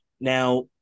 Now